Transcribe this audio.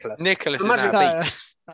Nicholas